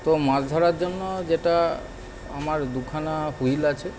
তো মাছ ধরার জন্য যেটা আমার দুখানা হুইল আছে